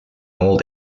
old